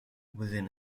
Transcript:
within